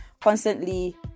constantly